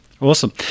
awesome